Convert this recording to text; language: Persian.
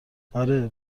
آره